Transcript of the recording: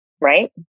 right